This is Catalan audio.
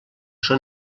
són